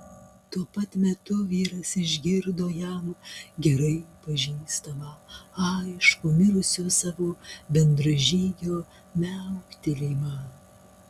tuo pat metu vyras išgirdo jam gerai pažįstamą aiškų mirusio savo bendražygio miauktelėjimą